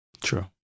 True